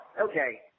Okay